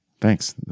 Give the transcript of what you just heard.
Thanks